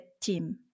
team